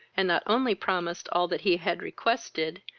and not only promised all that he had requested,